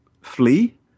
flee